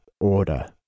order